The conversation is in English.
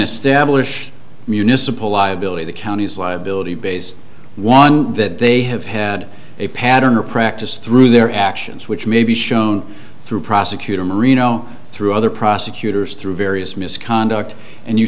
establish municipal liability the county's liability base one that they have had a pattern or practice through their actions which may be shown through prosecutor marino through other prosecutors through various misconduct and you